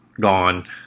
gone